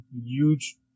huge